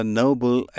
noble